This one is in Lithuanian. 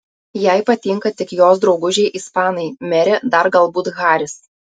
jai patinka tik jos draugužiai ispanai merė dar galbūt haris